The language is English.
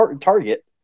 Target